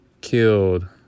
killed